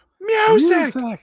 music